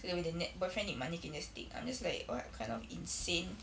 so there will be the nex~ boyfriend need money can just take I'm just like what kind of insane